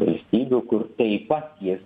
valstybių kur taip pat jis